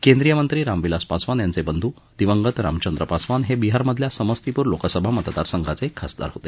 केंद्रीय मंत्री रामविलास पासवान यांचे बंधु दिवंगत रामचंद्र पासवान हे बिहारमधल्या समस्तीपुर लोकसभा मतदारसंघाचे खासदार होते